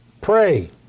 Pray